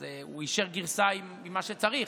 אז הוא יישר גרסה עם מה שצריך.